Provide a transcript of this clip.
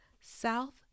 South